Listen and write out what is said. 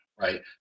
right